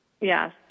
Yes